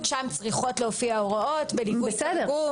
שם צריכות להופיע הוראות בליווי תרגום.